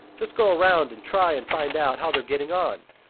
just go round and try and find out how they're getting on.